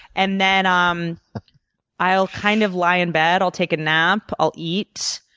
and then um i'll kind of lie in bed. i'll take a nap. i'll eat.